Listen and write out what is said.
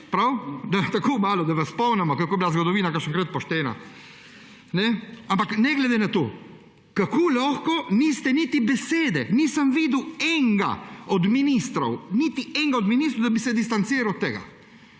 malo. Tako malo, da vas spomnimo, kako je bila zgodovina kakšenkrat poštena. Ampak ne glede na to, kako lahko niste niti besede, nisem videl enega od ministrov, niti enega od ministrov, da bi se distanciral od tega.